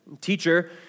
Teacher